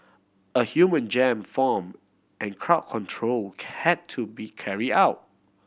a human jam form and crowd control had to be carry out